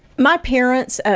my parents,